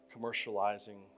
commercializing